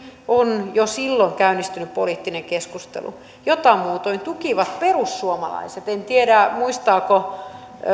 on jo silloin käynnistynyt poliittinen keskustelu jota muuten tukivat perussuomalaiset en tiedä muistavatko